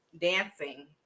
dancing